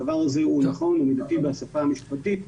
הדבר הזה הוא נכון ומידתי בשפה המשפטית,